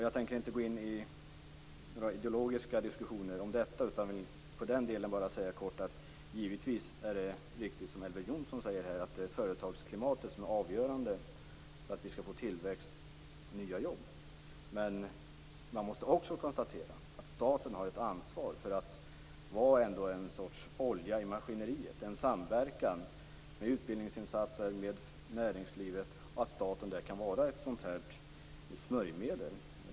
Jag tänker inte gå in i några ideologiska diskussioner om detta utan i den delen bara kort säga att det givetvis är så, som Elver Jonsson säger här, att företagsklimatet är avgörande för att vi skall få tillväxt och nya jobb. Men man måste också konstatera att staten har ett ansvar för att utgöra ett slags olja i maskineriet. Staten kan genom utbildningsinsatser i näringslivet fungera som ett smörjmedel.